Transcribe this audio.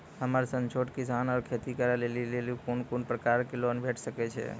हमर सन छोट किसान कअ खेती करै लेली लेल कून कून प्रकारक लोन भेट सकैत अछि?